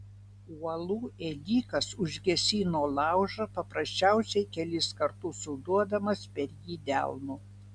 uolų ėdikas užgesino laužą paprasčiausiai kelis kartus suduodamas per jį delnu